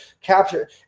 capture